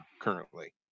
currently